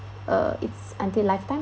uh it's until lifetime